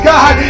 God